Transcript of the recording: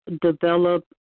develop